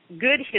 good